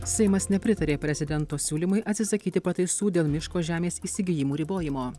seimas nepritarė prezidento siūlymui atsisakyti pataisų dėl miško žemės įsigijimų ribojimo